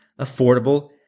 affordable